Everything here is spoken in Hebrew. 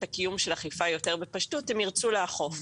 הקיום של האכיפה יותר בפשטות הם ירצו לאכוף.